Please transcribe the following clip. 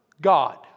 God